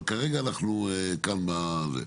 אבל כרגע אנחנו כאן בזה.